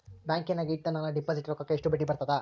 ಬ್ಯಾಂಕಿನಾಗ ಇಟ್ಟ ನನ್ನ ಡಿಪಾಸಿಟ್ ರೊಕ್ಕಕ್ಕ ಎಷ್ಟು ಬಡ್ಡಿ ಬರ್ತದ?